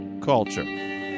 culture